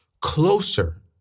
closer